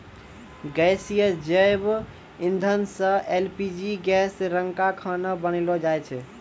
गैसीय जैव इंधन सँ एल.पी.जी गैस रंका खाना बनैलो जाय छै?